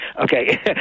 okay